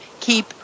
keep